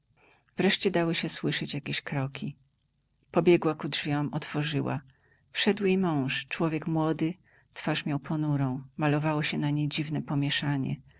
wreszcie dały się słyszeć jakieś kroki pobiegła ku drzwiom otworzyła wszedł jej mąż człowiek młody twarz miał ponurą malowało się na niej dziwne pomieszanie